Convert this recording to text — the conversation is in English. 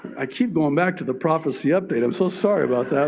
i keep going back to the prophecy update. i'm so sorry about that.